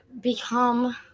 become